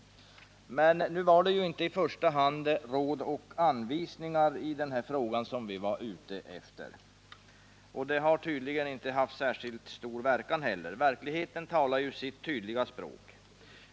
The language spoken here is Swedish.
Men nu var det inte i första hand råd och anvisningar som vi var ute efter i denna fråga. Detta har tydligen heller inte haft stor verkan. Verkligheten talar sitt tydliga språk.